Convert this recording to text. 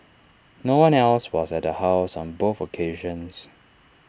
no one else was at the house on both occasions